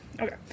Okay